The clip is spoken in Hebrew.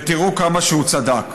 ותראו כמה שהוא צדק.